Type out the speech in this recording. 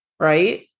right